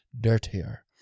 dirtier